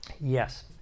Yes